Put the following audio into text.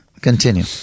continue